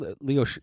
Leo